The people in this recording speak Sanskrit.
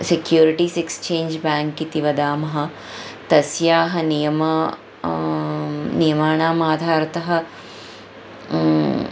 सेक्युरिटीस् एक्स्चेञ्ज् बेङ्क् इति वदामः तस्याः नियमा नियमाणाम् आधारतः